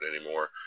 anymore